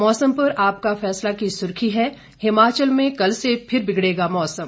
मौसम पर आपका फैसला की सुर्खी है हिमाचल में कल से फिर बिगड़ेगा मौसम